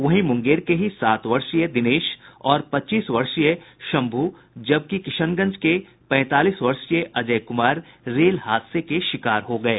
वहीं मुंगेर के ही सात वर्षीय दिनेश और पच्चीस वर्षीय शंभु जबकि किशनगंज के पैंतालीस वर्षीय अजय कुमार रेल हादसे का शिकार हो गये